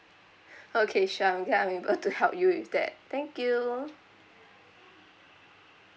okay sure I'm glad I'm able to help you with that thank you